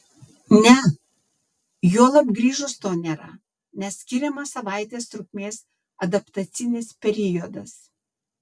ne juolab grįžus to nėra nes skiriamas savaitės trukmės adaptacinis periodas